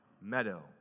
Meadow